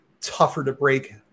tougher-to-break